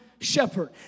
shepherd